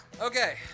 Okay